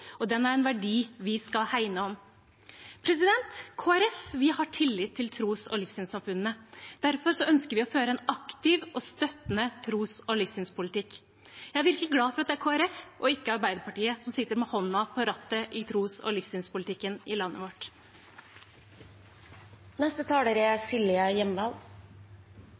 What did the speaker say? og den er en verdi vi skal hegne om. Kristelig Folkeparti har tillit til tros- og livssynssamfunnene. Derfor ønsker vi å føre en aktiv og støttende tros- og livssynspolitikk. Jeg er virkelig glad for at det er Kristelig Folkeparti og ikke Arbeiderpartiet som sitter med hånden på rattet i tros- og livssynspolitikken i landet vårt. Tros- og livssynssamfunn spiller en viktig rolle i mange enkeltmenneskers liv. Religionsfrihet er